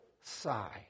sigh